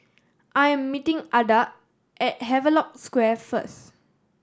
I am meeting Adda at Havelock Square first